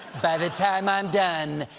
by the time i'm done,